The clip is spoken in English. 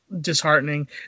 disheartening